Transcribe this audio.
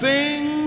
Sing